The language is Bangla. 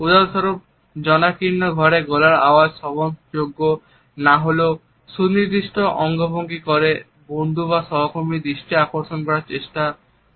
উদাহরণস্বরূপ জনাকীর্ণ ঘরে গলার আওয়াজ শ্রবণযোগ্য না হলেও সুনির্দিষ্ট অঙ্গভঙ্গি করে বন্ধু বা সহকর্মীর দৃষ্টি আকর্ষণ করার চেষ্টা করা যায়